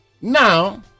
Now